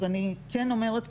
אז אני כן אומרת,